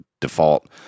default